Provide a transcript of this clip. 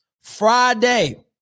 Friday